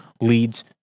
leads